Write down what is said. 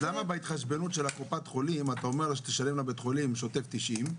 אז למה בהתחשבנות של קופת החולים אתה אומר לה שתשלם לבית חולים שוטף 90,